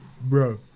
Bro